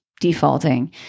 defaulting